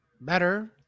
better